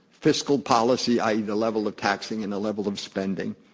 fiscal policy, i. e, the level of taxing and the level of spending,